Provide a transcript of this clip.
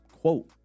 quote